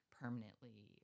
permanently